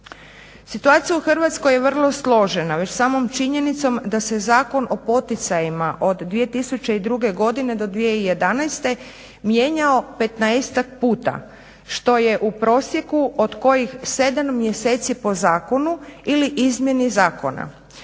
Situacija u Hrvatskoj je vrlo složena. Već samom činjenicom da se Zakon o poticajima od 2002. godine do 2011. mijenjao 15-tak puta što je u prosjeku od kojih 7 mjeseci po zakonu ili izmjeni zakona.